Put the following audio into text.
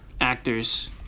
actors